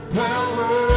power